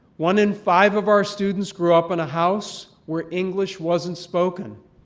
one in five of our students grew up in a house where english wasn't spoken.